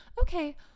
okay